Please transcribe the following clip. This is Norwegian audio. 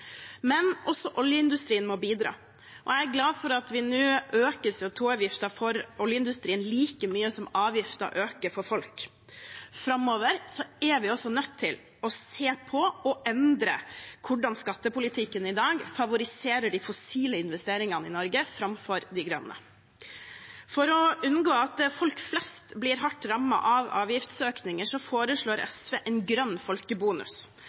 Men også oljeindustrien må bidra, og jeg er glad for at vi nå øker CO 2 -avgiften for oljeindustrien like mye som avgiften øker for folk. Framover er vi også nødt til å se på og endre hvordan skattepolitikken i dag favoriserer de fossile investeringene i Norge framfor de grønne. For å unngå at folk flest blir hardt rammet av avgiftsøkninger, foreslår SV en grønn folkebonus, en ordning hvor de nye inntektene fra økningen i